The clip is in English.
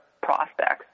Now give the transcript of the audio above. prospects